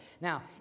Now